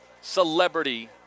celebrity